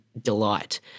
delight